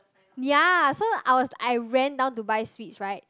ya so I was I ran down to buy sweets right